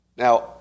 Now